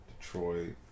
Detroit